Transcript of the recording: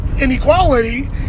inequality